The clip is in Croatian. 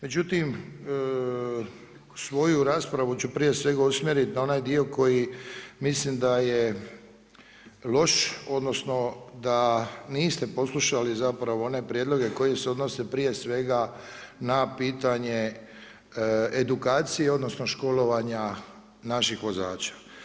Međutim, svoju raspravu ću prije sveg usmjeriti na onaj dio koji mislim da je loš, odnosno, da niste poslušali zapravo one prijedloge koje se odnose prije svega na pitanje edukacije, odnosno, školovanja naših vozača.